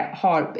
har